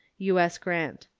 u s. grant.